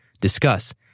discuss